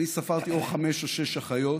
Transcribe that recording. אני ספרתי חמש או שש אחיות